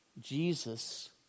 Jesus